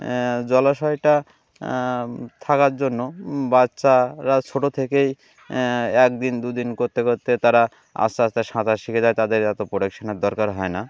জলাশয়টা থাকার জন্য বাচ্চারা ছোটো থেকেই একদিন দু দিন করতে করতে তারা আস্তে আস্তে সাঁতার শিখে যায় তাদের এত প্রোটেকশানের দরকার হয় না